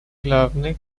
главных